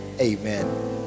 amen